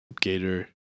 Gator